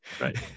Right